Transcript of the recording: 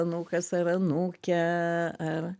anūkas ar anūke ar